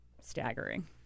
staggering